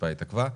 התעכבה קצת.